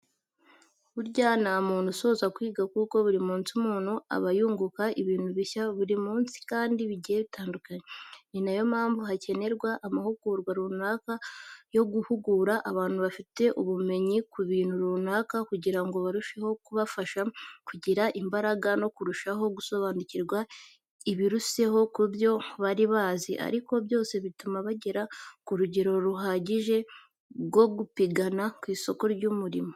Burya nta muntu usoza kwiga kuko buri munsi umuntu aba yunguka ibintu bishya buri munsi kandi bigiye bitandukanye. Ni na yo mpamvu hakenerwa amahugurwa runaka yo guhugura abantu bafite ubumenyi ku bintu runaka kugira ngo barusheho kubafasha kugira imbaraga no kurushaho gusobanukirwa ibiruseho ku byo bari bazi ariko byose bituma bagera ku rugero ruhagije rwo gupigana ku isoko ry'umurimo.